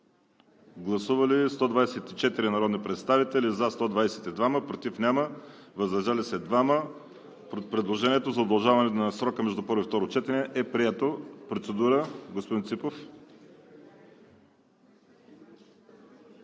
Гласували 124 народни представители: за 122, против няма, въздържали се 2. Предложението за удължаване на срока между първо и второ четене е прието. Процедура – господин Ципов.